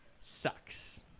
sucks